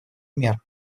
мер